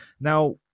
now